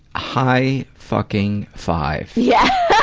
high fucking five! yeah!